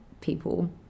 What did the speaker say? people